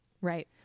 right